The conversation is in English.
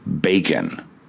Bacon